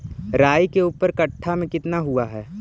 राई के ऊपर कट्ठा में कितना हुआ है?